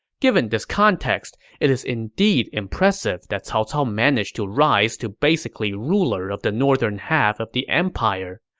given this context, it is indeed impressive that cao cao managed to rise to basically ruler of the northern half of the empire.